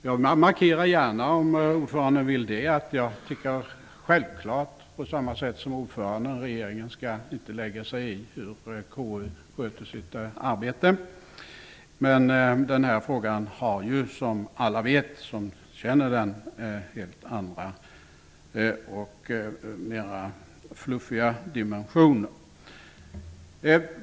Jag markerar gärna, om ordföranden vill det, att jag på samma sätt som ordföranden självfallet inte tycker att regeringen skall lägga sig i hur KU sköter sitt arbete. Men denna fråga har ju, vilket alla som känner till den vet, helt andra och mer fluffiga dimensioner.